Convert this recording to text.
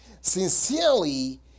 sincerely